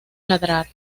ladrar